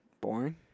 Boring